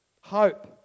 Hope